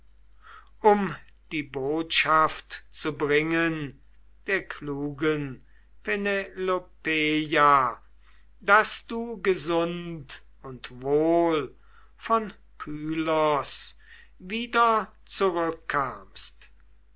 um die botschaft zu bringen der klugen penelopeia daß du gesund und wohl von pylos wieder zurückkamst